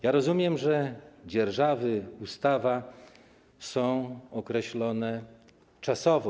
Ja rozumiem, że dzierżawy, ustawa są określone czasowo.